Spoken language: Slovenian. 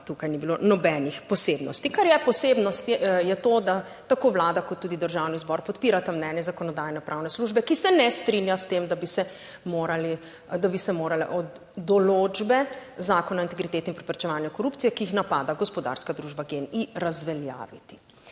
tukaj ni bilo nobenih posebnosti. Kar je posebnost je to, da tako Vlada kot tudi Državni zbor podpirata mnenje Zakonodajno pravne službe, ki se ne strinja s tem, da bi se morali, da bi se morale določbe Zakona o integriteti in preprečevanju korupcije, ki jih napada gospodarska družba GEN-I, razveljaviti.